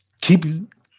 keep –